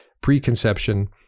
preconception